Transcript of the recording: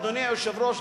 אדוני היושב-ראש,